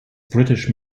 british